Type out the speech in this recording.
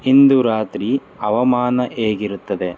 ಇಂದು ರಾತ್ರಿ ಹವಾಮಾನ ಹೇಗಿರುತ್ತದೆ